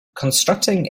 constructing